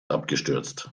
abgestürzt